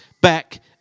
back